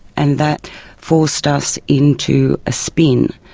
and that forced us into a spin,